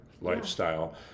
lifestyle